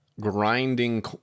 grinding